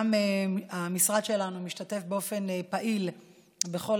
גם המשרד שלנו משתתף באופן פעיל בכל